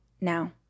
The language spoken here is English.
now